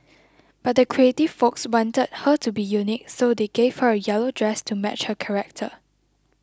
but the creative folks wanted her to be unique so they gave her a yellow dress to match her character